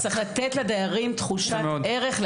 אנחנו מאמינים שצריך לתת לדיירים תחושת ערך.